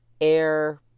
air